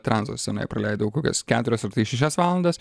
tranzo scenoje praleidau kokias keturias šešias valandas